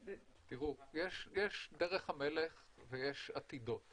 תראו, יש דרך המלך ויש עתידות.